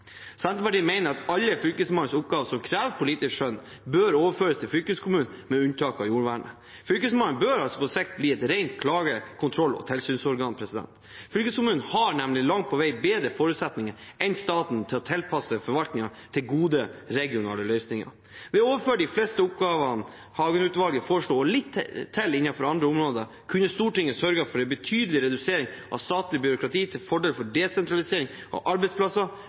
Senterpartiet mener alle Fylkesmannens oppgaver som krever politisk skjønn, bør overføres til fylkeskommunen, med unntak av jordvernet. Fylkesmannen bør på sikt bli et rent klage-, kontroll- og tilsynsorgan. Fylkeskommunen har nemlig langt på vei bedre forutsetninger enn staten for å tilpasse forvaltningen til gode, regionale løsninger. Ved å overføre de fleste av oppgavene som Hagen-utvalget foreslo, og litt til innenfor andre områder, kunne Stortinget sørget for en betydelig redusering av statlig byråkrati til fordel for desentralisering av arbeidsplasser,